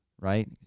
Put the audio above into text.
right